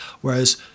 Whereas